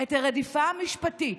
את הרדיפה המשפטית,